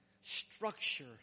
structure